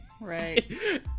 right